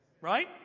Right